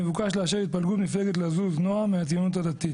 מבוקש לאשר התפלגות מפלגת לזוז-נעם מהציונות הדתית.